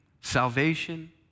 salvation